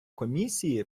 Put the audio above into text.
комісії